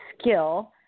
skill